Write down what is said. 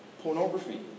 Pornography